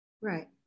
Right